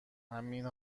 همین